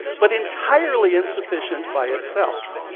but entirely insufficient by itself.